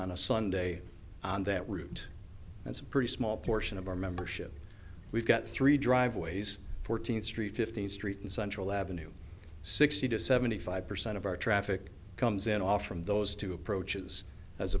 on a sunday on that route that's a pretty small portion of our membership we've got three driveways fourteenth street fifteenth street and central avenue sixty to seventy five percent of our traffic comes in off from those two approaches as